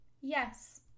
Yes